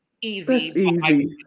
easy